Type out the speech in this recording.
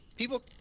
People